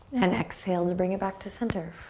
and exhale to bring it back to center.